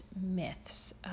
myths